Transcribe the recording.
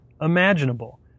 imaginable